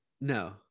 No